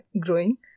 growing